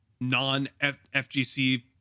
non-FGC